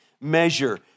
measure